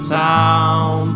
town